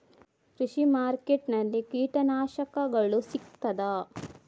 ಕೃಷಿಮಾರ್ಕೆಟ್ ನಲ್ಲಿ ಕೀಟನಾಶಕಗಳು ಸಿಗ್ತದಾ?